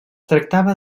tractava